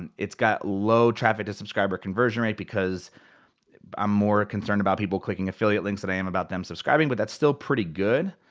and it's got low traffic to subscriber conversion rate, because i'm more concerned about people clicking affiliate links than i am about them subscribing. but that's still pretty good.